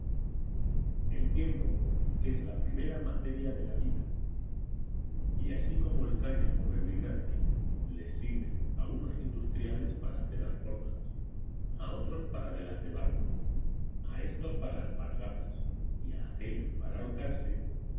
el tiempo es la primera materia de la vida y así como el cáñamo verbigracia les sirve a unos industriales para hacer alforjas a otros para velas de barco a éstos para alpargatas y a aquéllos para ahorcarse